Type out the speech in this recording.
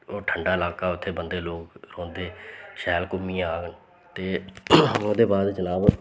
ओह् ठंडा लाका ऐ उत्थें बंदे लोक रौंह्द शैल घूमी आन ते ओह्दे बाद जनाब